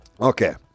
Okay